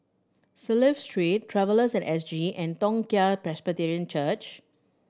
Clive Street Travellers at S G and Toong Chai Presbyterian Church